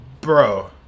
Bro